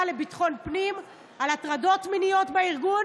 לביטחון הפנים על הטרדות מיניות בארגון